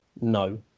No